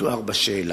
כמתואר בשאלה.